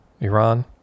Iran